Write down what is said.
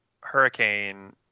hurricane